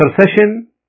intercession